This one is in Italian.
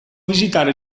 visitare